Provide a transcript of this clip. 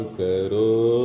karo